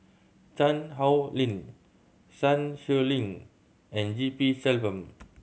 Chan Lin Sun Xueling and G P Selvam